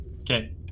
Okay